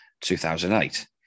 2008